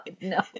no